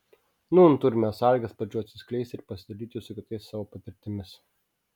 nūn turime sąlygas plačiau atsiskleisti ir pasidalyti su kitais savo patirtimis